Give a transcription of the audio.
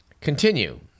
continue